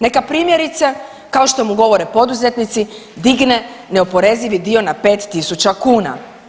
Neka primjerice kao što mu govore poduzetnici digne neoporezivi dio na 5.000 kuna.